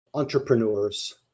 entrepreneurs